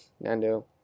Nando